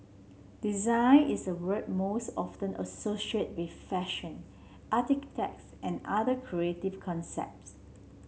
design is a word most often associated with fashion and other creative concepts